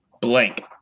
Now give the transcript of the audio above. blank